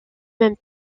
même